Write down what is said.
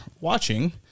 watching